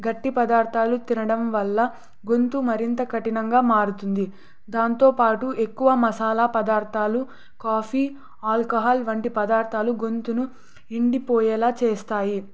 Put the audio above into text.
గట్టి పదార్థాలు తినడం వల్ల గొంతు మరింత కఠినంగా మారుతుంది దాంతోపాటు ఎక్కువ మసాలా పదార్థాలు కాఫీ ఆల్కహాల్ వంటి పదార్థాలు గొంతును ఎండిపోయేలాగ చేస్తాయి